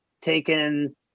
taken